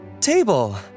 table